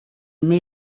mets